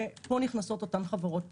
ופה נכנסות אותן חברות פרטיות.